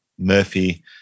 Murphy